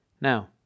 Now